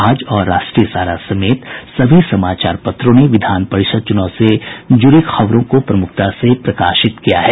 आज और राष्ट्रीय सहारा समेत सभी समाचार पत्रों ने विधान परिषद चुनाव से जुड़ी खबरों को प्रमुखता से प्रकाशित किया है